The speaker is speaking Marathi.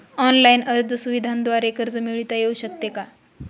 ऑनलाईन अर्ज सुविधांद्वारे कर्ज मिळविता येऊ शकते का?